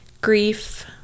grief